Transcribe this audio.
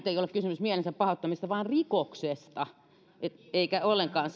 ei ole kysymys mielensä pahoittamisesta vaan rikoksesta eikä ollenkaan